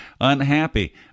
unhappy